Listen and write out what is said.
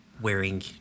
wearing